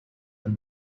than